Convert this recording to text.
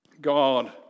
God